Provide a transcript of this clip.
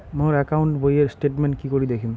মোর account বইয়ের statement কি করি দেখিম?